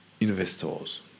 investors